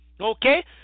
okay